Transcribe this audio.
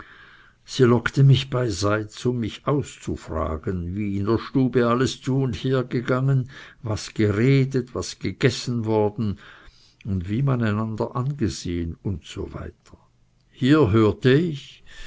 sie lockte mich beiseits um mich auszufragen wie in der stube alles zu und hergegangen was geredet was gegessen worden und wie man einander angesehen usw hier hörte ich